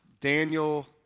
Daniel